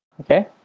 okay